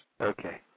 Okay